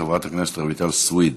חברת הכנסת רויטל סויד.